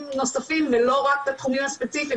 נוספים ולא רק את התחומים הספציפיים,